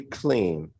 clean